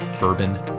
bourbon